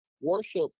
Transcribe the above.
worship